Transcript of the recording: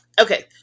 Okay